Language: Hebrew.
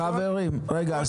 חברים, רגע.